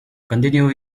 continue